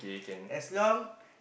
as long